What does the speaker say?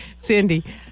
Cindy